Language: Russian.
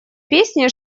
песни